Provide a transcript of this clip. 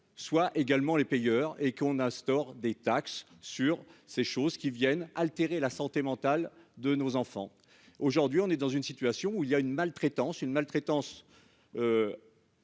soient également les payeurs et qu'on instaure des taxes sur ces choses qui viennent altérer la santé mentale de nos enfants. Aujourd'hui on est dans une situation où il y a une maltraitance une maltraitance.